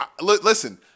Listen